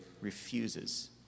refuses